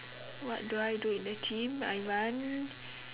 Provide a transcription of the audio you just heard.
what do I do in the gym I run